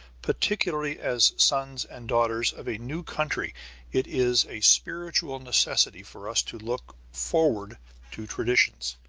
particularly as sons and daughters of a new country it is a spiritual necessity for us to look forward to traditions,